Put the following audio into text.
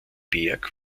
berg